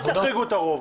אל תחריגו את הרוב.